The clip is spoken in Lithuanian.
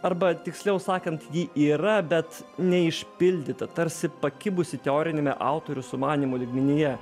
arba tiksliau sakant ji yra bet neišpildyta tarsi pakibusi teoriniame autorių sumanymo lygmenyje